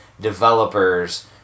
developers